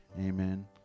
amen